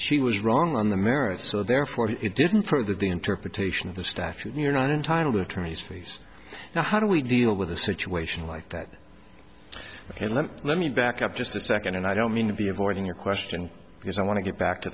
she was wrong on the merits so therefore he didn't prove that the interpretation of the staff you're not entitled to attorneys fees now how do we deal with a situation like that and then let me back up just a second and i don't mean to be avoiding your question because i want to get back to